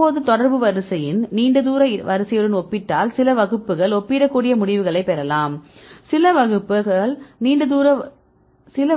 இப்போது தொடர்பு வரிசையின் நீண்ட தூர வரிசையுடன் ஒப்பிட்டால் சில வகுப்புகள் ஒப்பிடக்கூடிய முடிவுகளைப் பெறலாம் சில